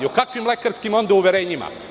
O kakvim lekarskim uverenjima?